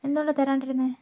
എന്തുകൊണ്ടാണ് തരാണ്ടിരുന്നേ